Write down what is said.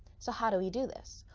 so how do we do this?